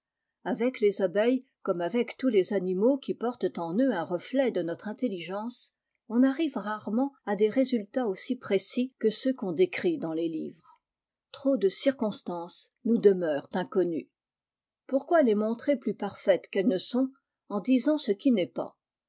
avec les abeilles comme avec tous les animaux qui portent en eux un reflet de notre intelligence on arrive rarement à des résultats aussi précis que ceux qu'on décrit dans les livres trop de circonstances nous demeurent inconnues pourquoi les montrer plus parfaites qu'elles ne sont en disant ce qui n'est pas